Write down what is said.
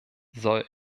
soll